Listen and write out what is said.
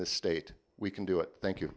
the state we can do it thank you